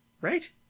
right